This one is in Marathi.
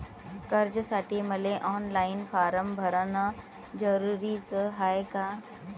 कर्जासाठी मले ऑनलाईन फारम भरन जरुरीच हाय का?